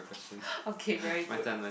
okay very good